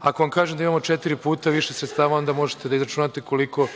Ako vam kažem da imamo četiri puta više sredstava, onda možete da izračunate koliko